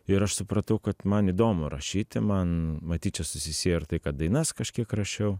ir aš supratau kad man įdomu rašyti man matyt čia susisiejo ir tai kad dainas kažkiek rašiau